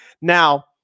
Now